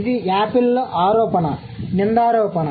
ఇది యాపిల్లో ఆరోపణ నిందారోపణ